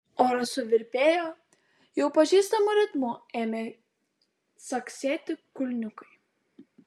oras suvirpėjo jau pažįstamu ritmu ėmė caksėti kulniukai